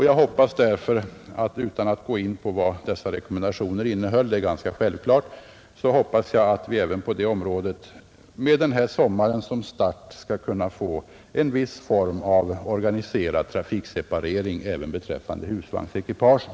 Jag skall här inte gå in på vad rekommendationerna innehåller, det är ganska självklara ting. Jag hoppas att vi även på det området med denna sommar som start skall få en viss form av organiserad trafikseparering även beträffande husvagnsekipagen.